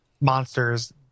monsters